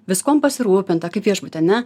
viskuom pasirūpinta kaip viešbuty ane